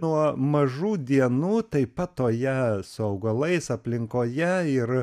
nuo mažų dienų tai pat toje su augalais aplinkoje ir